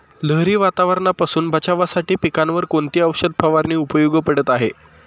लहरी वातावरणापासून बचावासाठी पिकांवर कोणती औषध फवारणी उपयोगी पडत आहे?